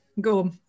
go